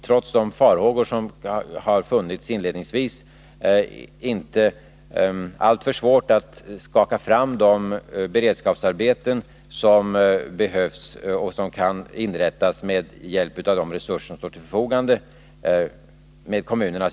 Trots de farhågor som har funnits inledningsvis har det inte varit alltför svårt att med kommunernas hjälp skaka fram de beredskapsarbeten som behövs och som kan inrättas inom ramen för de resurser som står till förfogande.